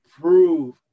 prove